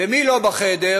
ומי לא בחדר?